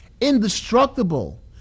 indestructible